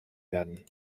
werden